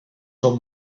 són